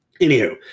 Anywho